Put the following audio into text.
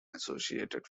associated